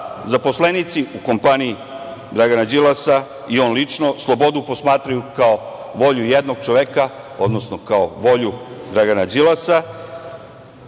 pravde. Zaposlenici u kompaniji Dragana Đilasa i on lično slobodu posmatraju kao volju jednog čoveka, odnosno kao volju Dragana Đilasa,